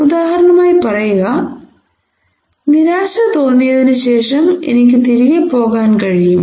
ഉദാഹരണമായി പറയുക നിരാശ തോന്നിയതിന് ശേഷം എനിക്ക് തിരികെ പോകാൻ കഴിയും